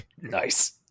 Nice